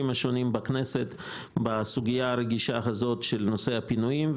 השונים בכנסת בסוגיה הרגישה הזאת של הפינויים.